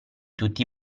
tutti